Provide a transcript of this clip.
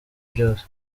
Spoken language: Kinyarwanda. byose